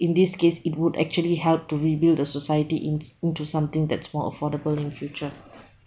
in this case it would actually help to rebuild the society ins~ into something that's more affordable in future